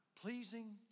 Pleasing